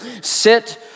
Sit